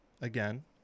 again